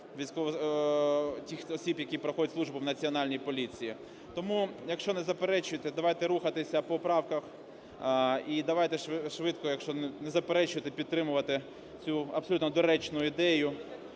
осіб, які проходять службу в Національній поліції. Тому, якщо не заперечуєте, давайте рухатися по правках і давайте швидко, якщо не заперечуєте, підтримувати цю абсолютно доречну ідею